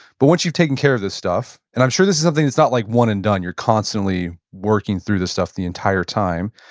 but once you've taken care of this stuff, and i'm sure this is something that's not like one-and-done, you're constantly working through the stuff the entire time,